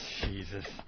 Jesus